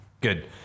Good